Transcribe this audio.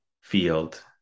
field